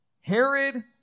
Herod